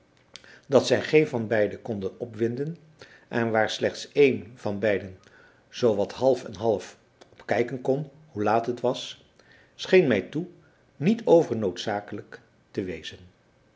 dat zij geen van beiden konden opwinden en waar slechts een van beiden zoo wat half en half op kijken kon hoe laat het was scheen mij toe niet overnoodzakelijk te wezen